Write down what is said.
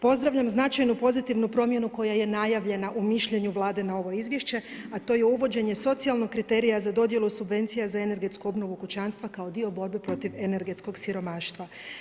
Pozdravljam značajnu pozitivnu promjenu koja je najavljena u mišljenju Vlade na ovo izvješće a to je uvođenje socijalnog kriterija za dodjelu subvencija za energetsku obnovu kućanstva kao dio borbe protiv energetskog siromaštva.